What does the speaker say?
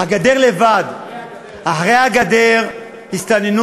הגדר לבד, רגע, אחרי הגדר הסתננו?